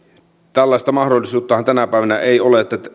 tällaista mahdollisuuttahan tänä päivänä ei ole että